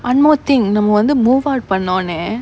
one more thing நம்ம வந்து:namma vanthu move out பண்ணனோனைய:pannanonaiya